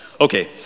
Okay